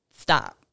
Stop